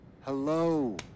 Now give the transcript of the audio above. Hello